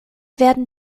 werden